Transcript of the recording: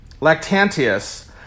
Lactantius